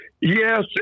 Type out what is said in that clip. yes